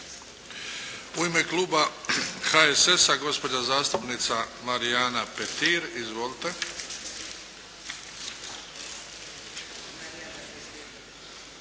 U ime kluba HSS-a, gospođa zastupnica Marijana Petir. Izvolite.